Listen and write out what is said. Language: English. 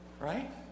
right